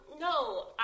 no